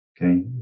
Okay